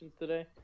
today